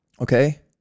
okay